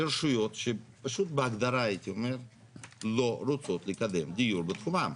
לרשיות שפשוט בהגדרה הייתי אומר לא רוצות לקדם דיור בתחומם.